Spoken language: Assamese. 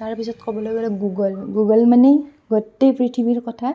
তাৰপিছত ক'বলৈ গ'লে গুগল গুগল মানেই গোটেই পৃথিৱীৰ কথা